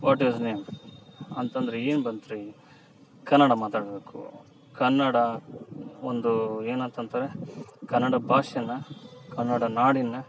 what is name ಅಂತಂದರೆ ಏನು ಬಂತ್ರಿ ಕನ್ನಡ ಮಾತಾಡಬೇಕು ಕನ್ನಡ ಒಂದು ಏನಂತಂತರೆ ಕನ್ನಡ ಭಾಷೇ ಕನ್ನಡ ನಾಡಿನ